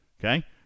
okay